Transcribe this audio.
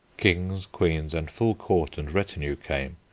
kings, queens, and full court and retinue came,